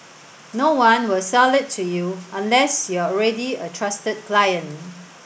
no one will sell it to you unless you're already a trusted client